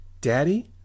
Daddy